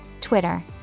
Twitter